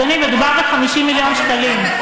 אדוני, מדובר ב-50 מיליון שקלים.